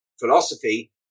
philosophy